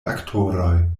aktoroj